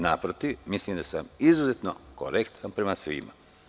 Naprotiv, mislim da sam izuzetno korektan prema svima.